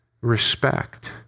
respect